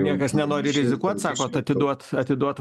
niekas nenori rizikuot sakot atiduot atiduot